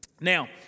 Now